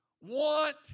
want